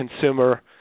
consumer